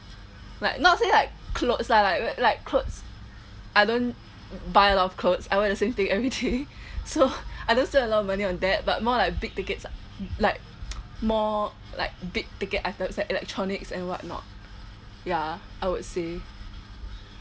like not say like clothes lah like like clothes I don't buy lot clothes I wear the same thing everyday so I do save a lot of money on that but more like big tickets ah like like more like big ticket items like electronics and what not ya I would say